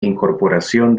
incorporación